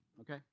okay